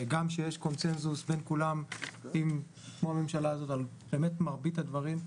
גם שיש קונצנזוס בין כולם עם כל הממשלה הזאת באמת על מרבית הדברים,